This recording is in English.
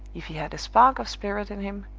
if he had a spark of spirit in him,